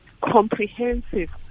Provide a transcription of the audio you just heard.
comprehensive